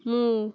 ମୁଁ